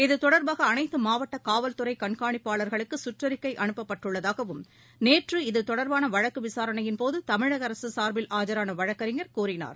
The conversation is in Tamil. இதுதொடர்பாக அனைத்து மாவட்ட காவல்துறை கண்காணிப்பாளர்களுக்கு சுற்றறிக்கை அனுப்பப்பட்டுள்ளதாகவும் நேற்று இது தொடர்பான வழக்கு விசாரணையின் போது தமிழக அரசு சார்பில் ஆஜரான வழக்கறிஞர் கூறினார்